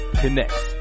connects